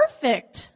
perfect